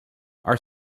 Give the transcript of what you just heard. are